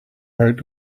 out